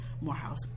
Morehouse